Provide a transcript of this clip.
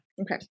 Okay